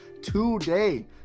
today